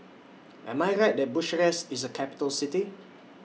Am I Right that Bucharest IS A Capital City